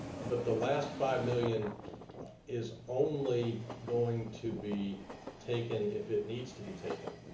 but the last five million is only going to be taken if it needs to be taken.